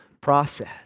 process